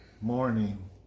Morning